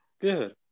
Good